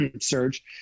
surge